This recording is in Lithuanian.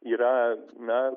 yra na